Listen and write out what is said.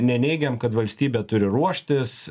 neneigiam kad valstybė turi ruoštis